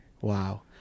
wow